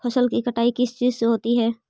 फसल की कटाई किस चीज से होती है?